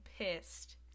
pissed